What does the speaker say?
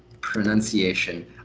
pronunciation